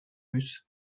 russe